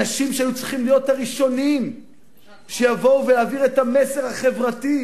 אנשים שהיו צריכים להיות הראשונים שיבואו להעביר את המסר החברתי,